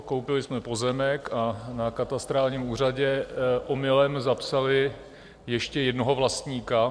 Koupili jsme pozemek a na katastrálním úřadě omylem zapsali ještě jednoho vlastníka.